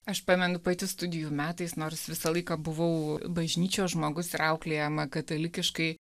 aš pamenu pati studijų metais nors visą laiką buvau bažnyčios žmogus ir auklėjama katalikiškai